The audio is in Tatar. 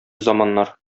заманнар